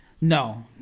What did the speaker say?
No